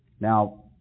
Now